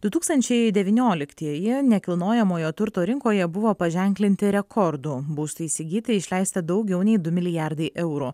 du tūkstančiai devynioliktieji nekilnojamojo turto rinkoje buvo paženklinti rekordu būstui įsigyti išleista daugiau nei du milijardai eurų